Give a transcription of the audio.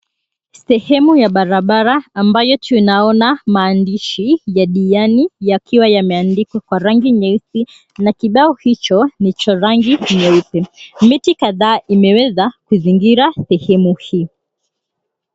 Sehemu ya barabara ambayo tunaona maandishi ya Diani yakiwa yameandikwa kwa rangi nyeusi na kibao hicho ni cha rangi nyeupe. Miti kadhaa imeweza kuzingira sehemu hii.